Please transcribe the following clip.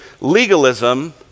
legalism